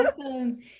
Awesome